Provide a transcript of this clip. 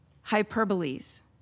hyperboles